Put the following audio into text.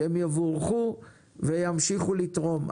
שהם יבורכו וימשיכו לתרום.